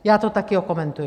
Já to taky okomentuji.